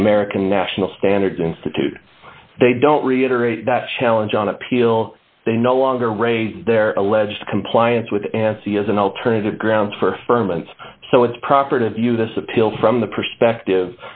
the american national standards institute they don't reiterate that challenge on appeal they no longer raise their alleged compliance with ansi as an alternative grounds for firm and so it's proper to view this appeal from the perspective